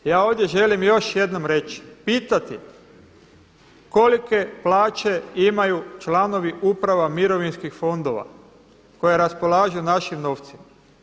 Ja ovdje želim još jednom reći, pitati, koliko plaće imaju članovi uprava mirovinskih fondova koja raspolažu našim novcima?